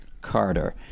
Carter